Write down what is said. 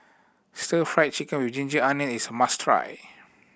Stir Fried Chicken with ginger onion is a must try